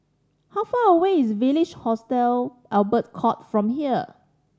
how far away is Village Hostel Albert Court from here